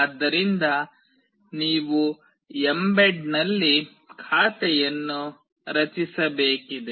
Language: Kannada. ಆದ್ದರಿಂದ ನೀವು mbed ನಲ್ಲಿ ಖಾತೆಯನ್ನು ರಚಿಸಬೇಕಾಗಿದೆ